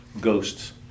ghosts